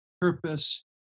purpose